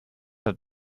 have